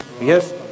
yes